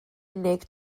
unig